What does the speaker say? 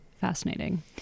fascinating